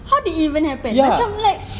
how did it even happen macam like